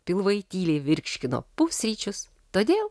pilvai tyliai virškino pusryčius todėl